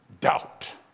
doubt